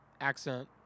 accent